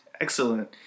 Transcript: Excellent